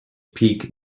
peak